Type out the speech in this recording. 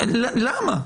למה?